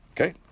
Okay